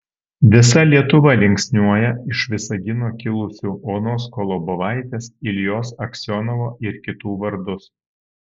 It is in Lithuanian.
visa lietuva linksniuoja iš visagino kilusių onos kolobovaitės iljos aksionovo ir kitų vardus